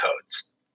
codes